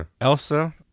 Elsa